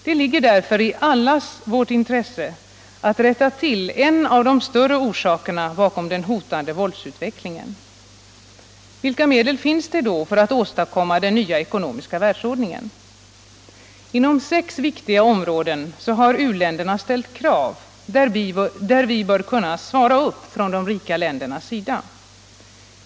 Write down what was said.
Det ligger därför i allas vårt intresse att rätta till en av de större orsakerna bakom den hotande våldsutvecklingen. Vilka medel finns det då för att åstadkomma den nya ekonomiska världsordningen? Inom sex viktiga områden har u-länderna ställt krav, där vi bör kunna svara upp från de rika ländernas sida.